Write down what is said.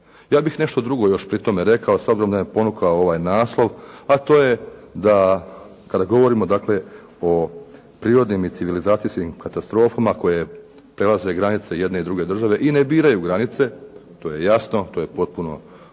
Ja bih nešto drugo još pritome rekao, s obzirom da me ponukao ovaj naslov, a to je da kada govorimo dakle o prirodnim i civilizacijskim katastrofama koje prelaze granice i jedne i druge države i ne biraju granice, to je jasno. To je ono što